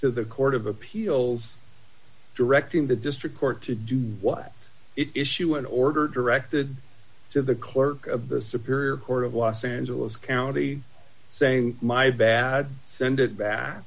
to the court of appeals directing the district court to do what issue an order directed to the clerk of the superior court of los angeles county saying my bad send it back